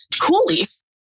coolies